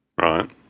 Right